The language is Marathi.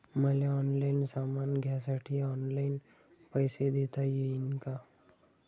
मले ऑनलाईन सामान घ्यासाठी ऑनलाईन पैसे देता येईन का?